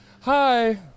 Hi